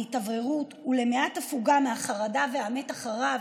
להתאווררות ולמעט הפוגה מהחרדה והמתח הרב